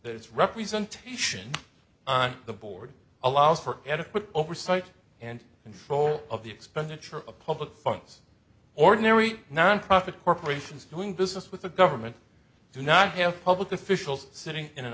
its representation on the board allows for adequate oversight and and for all of the expenditure of public funds ordinary nonprofit corporations doing business with the government do not have public officials sitting in an